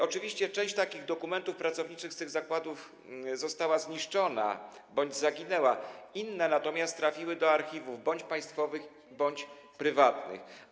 Oczywiście część takich dokumentów pracowniczych z tych zakładów została zniszczona bądź zaginęła, inne natomiast trafiły do archiwów - bądź państwowych, bądź prywatnych.